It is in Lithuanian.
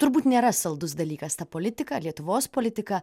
ar galite pasakyti turbūt nėra saldus dalykas ta politika lietuvos politika